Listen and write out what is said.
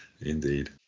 Indeed